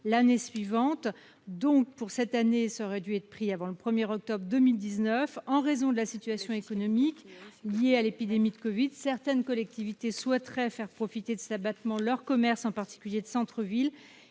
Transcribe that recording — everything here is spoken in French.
l'année suivante. Pour cette année, cela aurait dû se faire en octobre 2019. En raison de la situation économique liée à l'épidémie du Covid-19, certaines collectivités souhaiteraient faire profiter de cet abattement leurs commerces, en particulier de centre-ville.